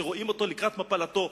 שרואים אותו לקראת מפלתו,